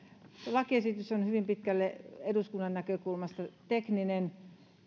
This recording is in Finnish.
lakiesitys on hyvin pitkälle eduskunnan näkökulmasta tekninen